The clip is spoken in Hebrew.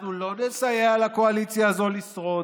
אנחנו לא נסייע לקואליציה הזו לשרוד,